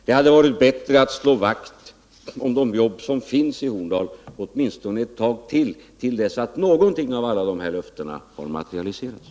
Det hade varit bättre att slå vakt om de jobb som finns i Horndal, åtminstone tills något av dessa löften materialiserats.